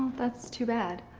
that's too bad.